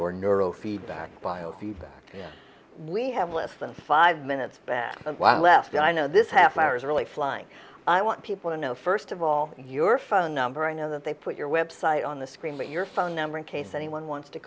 or neurofeedback biofeedback yeah we have less than five minutes back on why i left i know this half hour is really flying i want people to know first of all your phone number i know that they put your website on the screen with your phone number in case anyone